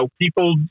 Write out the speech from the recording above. people